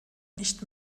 nicht